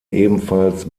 ebenfalls